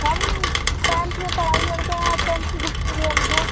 हम टेन्थ में पढ़ाई करते हैं टेन्थ की बुक चाहिए हम को